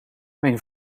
mijn